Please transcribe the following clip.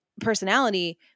personality